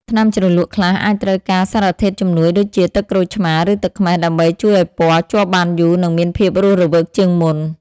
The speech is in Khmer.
ថ្នាំជ្រលក់ខ្លះអាចត្រូវការសារធាតុជំនួយដូចជាទឹកក្រូចឆ្មារឬទឹកខ្មេះដើម្បីជួយឱ្យពណ៌ជាប់បានយូរនិងមានភាពរស់រវើកជាងមុន។